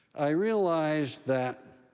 i realize that